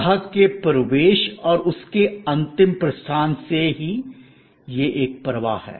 ग्राहक के प्रवेश और उसके अंतिम प्रस्थान से ही यह एक प्रवाह है